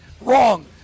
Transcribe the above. wrong